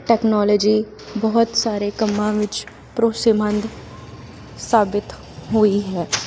technology ਬਹੁਤ ਸਾਰੇ ਕੰਮਾਂ ਵਿੱਚ ਭਰੋਸੇਮੰਦ ਸਾਬਿਤ ਹੋਈ ਹੈ